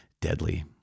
deadly